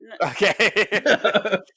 okay